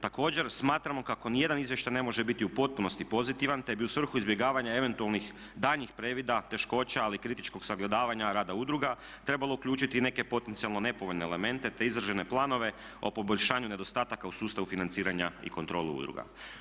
Također smatramo kako ni jedan izvještaj ne može biti u potpunosti pozitivan, te bi u svrhu izbjegavanja eventualnih daljnjih previda, teškoća ali i kritičkog sagledavanja rada udruga trebalo uključiti i neke potencijalno nepovoljne elemente, te izražene planove o poboljšanju nedostataka u sustavu financiranja i kontrolu udruga.